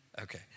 okay